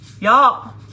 Y'all